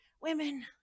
Women